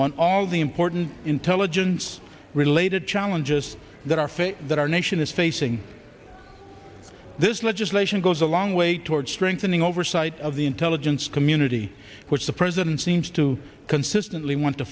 on all the important intelligence related challenges that our face that our nation is facing this legislation goes a long way toward strengthening oversight of the intelligence community which the president seems to consistently want to